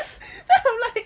then I'm like